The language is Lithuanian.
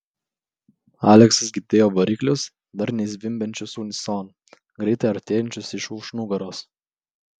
aleksas girdėjo variklius darniai zvimbiančius unisonu greitai artėjančius iš už nugaros